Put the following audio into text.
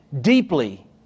deeply